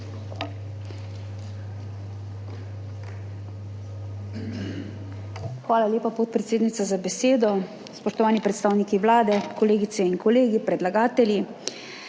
Hvala lepa, podpredsednica, za besedo. Spoštovani predstavniki Vlade, kolegice in kolegi, predlagatelji!